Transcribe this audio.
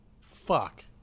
fuck